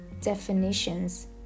definitions